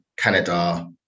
Canada